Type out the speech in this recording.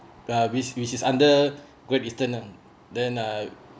ya which which is under Great Eastern uh then I